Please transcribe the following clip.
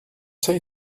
say